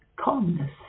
calmness